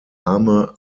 arme